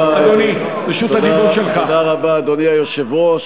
אדוני היושב-ראש,